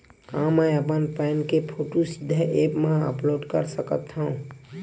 का मैं अपन पैन के फोटू सीधा ऐप मा अपलोड कर सकथव?